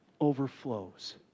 overflows